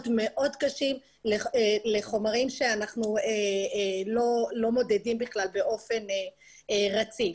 מאוד קשים לחומרים שאנחנו לא מודדים בכלל באופן רציף.